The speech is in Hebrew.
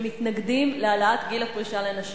שמתנגדים להעלאת גיל הפרישה לנשים.